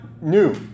new